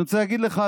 אני רוצה להגיד לך,